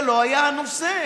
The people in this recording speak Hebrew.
זה לא היה נושא,